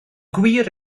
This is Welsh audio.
gwir